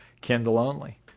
Kindle-only